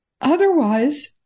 Otherwise